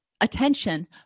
attention